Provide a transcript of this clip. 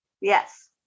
Yes